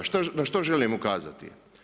Na što želim ukazati?